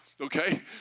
okay